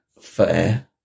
fair